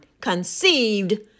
conceived